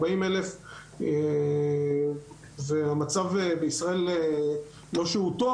40,000. לא שהמצב בישראל טוב,